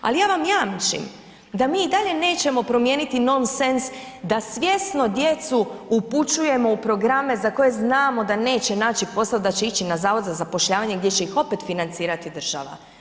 Ali ja vam jamčim da mi i dalje nećemo promijeniti nonsens da svjesno djecu upućujemo u programe za koje znamo da neće naći posao, da će ići na Zavod za zapošljavanje gdje će ih opet financirati država.